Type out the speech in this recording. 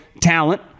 talent